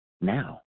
Now